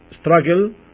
struggle